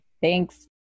Thanks